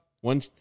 one